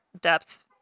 depth